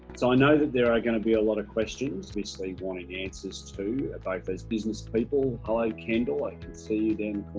so i know that there are going to be a lot of questions which they wanted answers to about this business people follow kendall i can see you then.